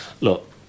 Look